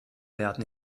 werden